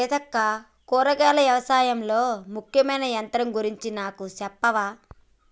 సీతక్క కూరగాయలు యవశాయంలో ముఖ్యమైన యంత్రం గురించి నాకు సెప్పవా